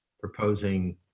proposing